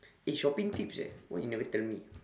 eh shopping tips eh why you never tell me